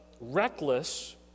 reckless